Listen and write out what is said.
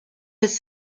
his